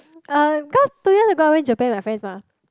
uh because two years ago I went Japan with my friends mah